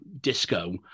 disco